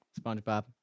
spongebob